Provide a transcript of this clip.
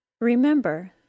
Remember